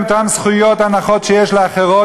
אותן זכויות והנחות במעונות-היום שיש לאחרות,